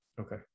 Okay